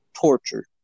torture